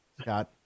Scott